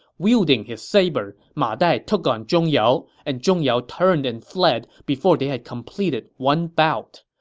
wielding his saber, ma dai took on zhong yao, and zhong yao turned and fled before they had completed one bout.